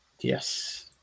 Yes